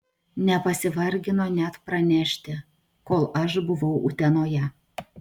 nepasivargino net pranešti kol aš buvau utenoje